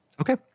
Okay